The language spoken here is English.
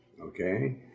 Okay